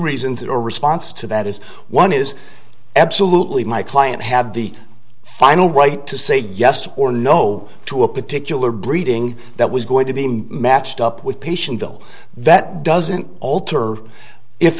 reasons that our response to that is one is absolutely my client have the final right to say yes or no to a particular breeding that was going to be matched up with patients bill that doesn't alter